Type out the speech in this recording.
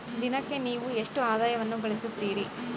ದಿನಕ್ಕೆ ನೇವು ಎಷ್ಟು ಆದಾಯವನ್ನು ಗಳಿಸುತ್ತೇರಿ?